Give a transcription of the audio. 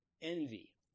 envy